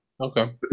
Okay